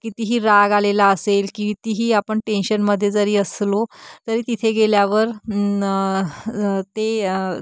कितीही राग आलेला असेल कितीही आपण टेन्शनमध्ये जरी असलो तरी तिथे गेल्यावर न ते